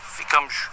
ficamos